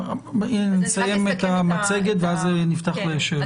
נסיים את המצגת ואז נפתח בשאלות.